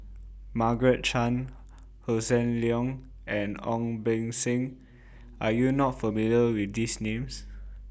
Margaret Chan Hossan Leong and Ong Beng Seng Are YOU not familiar with These Names